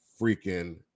freaking